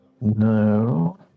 No